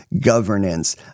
governance